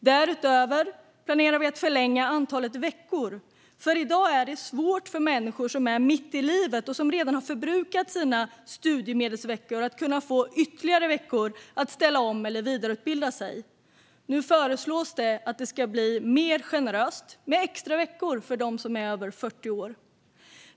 Därutöver planerar vi att öka antalet veckor, för i dag är det svårt för människor som är mitt i livet och redan förbrukat sina studiemedelsveckor att få ytterligare veckor för att ställa om eller vidareutbilda sig. Nu föreslås extra veckor till dem som är över 40 år.